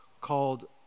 called